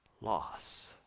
loss